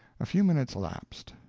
a few minutes elapsed.